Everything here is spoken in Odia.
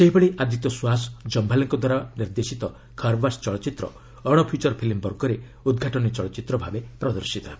ସେହିଭଳି ଆଦିତ୍ୟ ସ୍ୱହାସ୍ ଜୟାଲେଙ୍କଦ୍ୱାରା ନିର୍ଦ୍ଦେଶିତ ଖାର୍ବାସ୍ ଚଳଚ୍ଚିତ୍ର ଅଣଫିଚର୍ ଫିଲ୍ମ ବର୍ଗରେ ଉଦ୍ଘାଟନୀ ଚଳଚ୍ଚିତ୍ର ଭାବେ ପ୍ରଦର୍ଶିତ ହେବ